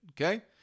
Okay